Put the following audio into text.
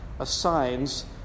assigns